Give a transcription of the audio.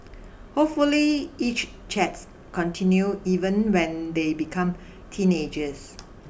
hopefully each chats continue even when they become teenagers